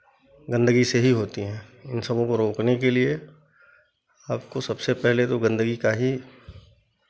गंदगी से ही होती हैं उन सबों को रोकने के लिए आपको सबसे पहले तो गंदगी का ही